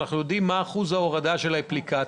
אנחנו יודעים מה אחוז ההורדה של האפליקציה,